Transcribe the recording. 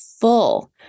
full